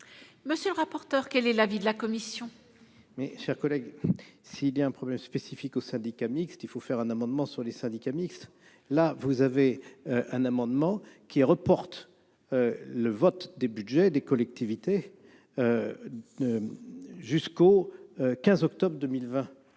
tour aura eu lieu. Quel est l'avis de la commission ? Mon cher collègue, s'il y a un problème spécifique aux syndicats mixtes, il faut faire un amendement sur les syndicats mixtes. Vous avez déposé un amendement qui reporte le vote des budgets des collectivités au 15 octobre 2020.